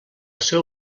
seu